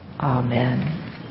Amen